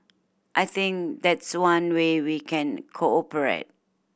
I think that's one way we can cooperate